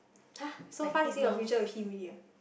!hah! so fast you think of future with him already ah